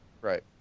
Right